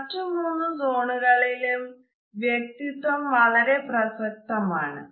മറ്റു മൂന്ന് സോണുകളിലും വ്യക്തിത്വം വളരെ പ്രസക്തമാണ്